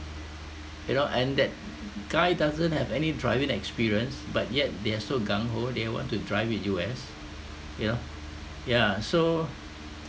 you know and that guy doesn't have any driving experience but yet they are so gung-ho they want to drive in U_S you know yeah so